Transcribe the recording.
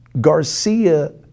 Garcia